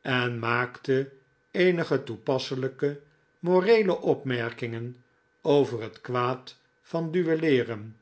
en maakte eenige toepasselijke moreele opmerkingen over het kwaad van duelleeren